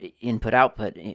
input-output